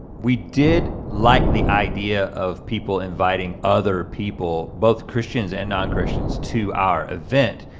we did like the idea of people inviting other people, both christians and non-christians to our event,